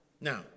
Now